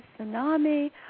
tsunami